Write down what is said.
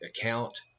account